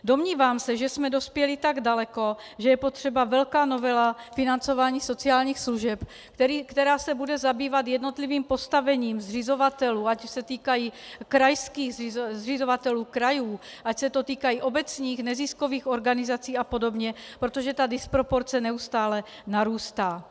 Domnívám se, že jsme dospěli tak daleko, že je potřeba velká novela financování sociálních služeb, která se bude zabývat jednotlivým postavením zřizovatelů, ať už se týkají zřizovatelů krajů, ať se to týká i obecních neziskových organizací apod., protože ta disproporce neustále narůstá.